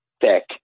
thick